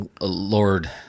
Lord